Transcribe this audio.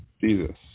Jesus